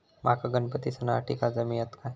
माका गणपती सणासाठी कर्ज मिळत काय?